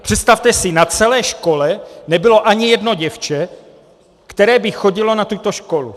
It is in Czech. Představte si, že na celé škole nebylo ani jedno děvče, které by chodilo na tuto školu.